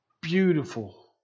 beautiful